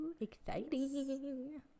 exciting